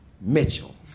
Mitchell